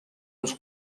els